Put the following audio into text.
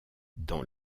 dans